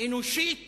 אנושית